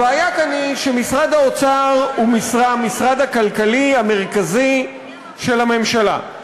הבעיה כאן היא שמשרד האוצר הוא המשרד הכלכלי המרכזי של הממשלה,